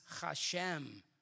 Hashem